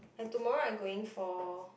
I tomorrow I going for